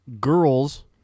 girls